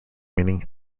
meaning